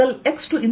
xE